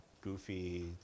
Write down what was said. Goofy